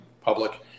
public